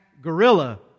gorilla